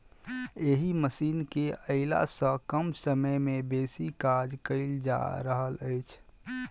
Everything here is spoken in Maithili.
एहि मशीन केअयला सॅ कम समय मे बेसी काज कयल जा रहल अछि